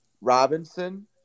Robinson